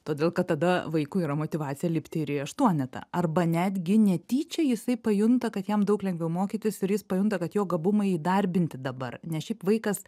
todėl kad tada vaikui yra motyvacija lipt ir į aštuonetą arba netgi netyčia jisai pajunta kad jam daug lengviau mokytis ir jis pajunta kad jo gabumai įdarbinti dabar nes šiaip vaikas